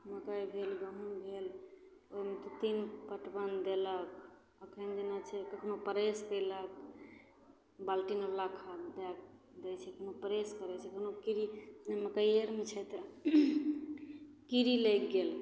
मकइ भेल गहूम भेल ओइमे तीन पटवन देलक एखन जेना छै ततना एस्प्रे कएलक बालटीनवला खाद दैके दै छै जेना एस्प्रे करै छै तेना एस्प्रे तऽ मकैए नहि छै तऽ कीड़ी लागि गेलै